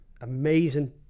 amazing